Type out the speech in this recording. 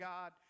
God